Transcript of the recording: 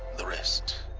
the rest.